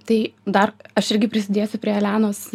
tai dar aš irgi prisidėsiu prie elenos